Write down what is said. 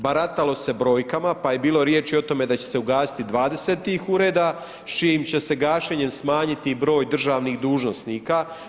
Baratalo se brojkama, pa je bilo riječi o tome da će se ugasiti 20 tih ureda s čijim će se gašenjem smanjiti i broj državnih dužnosnika.